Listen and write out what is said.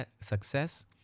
success